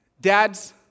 Dads